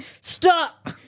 stop